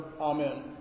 Amen